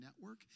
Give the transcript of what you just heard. Network